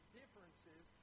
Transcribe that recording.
differences